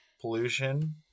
pollution